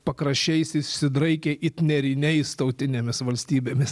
pakraščiais išsidraikė it nėriniais tautinėmis valstybėmis